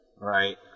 Right